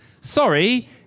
Sorry